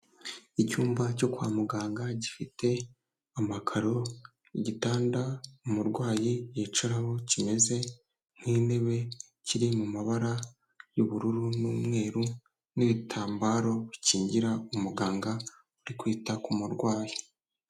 Icyumba cyo kwa muganga gifite amakaro, igitanda umurwayi yicaraho kimeze nk'intebe kiri mu mabara y'ubururu n'umweru n'igitambaro bikingira umuganga uri kwita kuvura umurwayi.